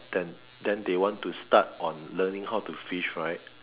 then then they want to start on learning how to fish right